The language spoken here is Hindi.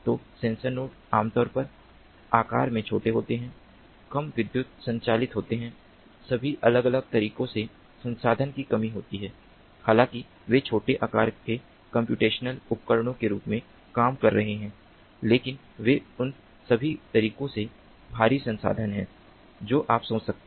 तो सेंसर नोड आमतौर पर आकार में छोटे होते हैं कम विद्युत संचालित होते हैं सभी अलग अलग तरीकों से संसाधन की कमी होती है हालांकि वे छोटे आकार के कम्प्यूटेशनल उपकरणों के रूप में काम कर रहे हैं लेकिन वे उन सभी तरीकों से भारी संसाधन हैं जो आप सोच सकते हैं